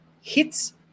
hits